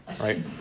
right